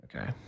Okay